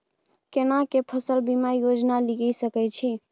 केना के फसल बीमा योजना लीए सके छी?